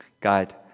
God